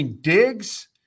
Diggs